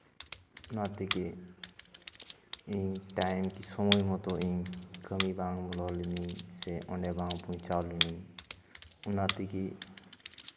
ᱚᱱᱟᱛᱮᱜᱮ ᱤᱧ ᱴᱟᱭᱤᱢ ᱥᱚᱢᱚᱭ ᱢᱚᱛᱳ ᱤᱧ ᱠᱟᱹᱢᱤ ᱵᱟᱝ ᱵᱚᱞᱚ ᱞᱮᱱᱟᱹᱧ ᱥᱮ ᱚᱸᱰᱮ ᱵᱟᱝ ᱯᱳᱸᱪᱷᱟᱣ ᱞᱤᱱᱟᱹᱧ ᱚᱱᱟ ᱛᱮᱜᱮ